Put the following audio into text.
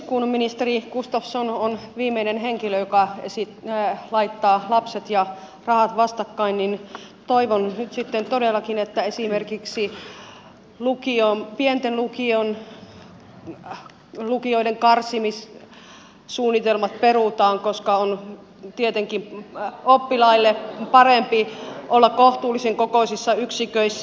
kun ministeri gustafsson on viimeinen henkilö joka laittaa lapset ja rahat vastakkain niin toivon nyt sitten todellakin että esimerkiksi pienten lukioiden karsimissuunnitelmat perutaan koska on tietenkin oppilaille parempi olla kohtuullisen kokoisissa yksiköissä